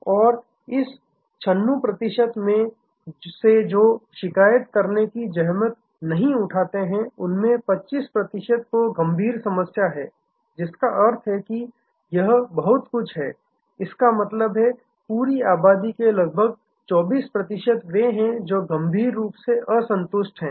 और इस 96 में से जो शिकायत करने की जहमत नहीं उठाते हैं उनमें से 25 प्रतिशत को गंभीर समस्या है जिसका अर्थ है कि यह बहुत कुछ है इसका मतलब है पूरी आबादी के लगभग 24 प्रतिशत वे हैं जो गंभीर रूप से असंतुष्ट हैं